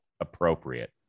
appropriate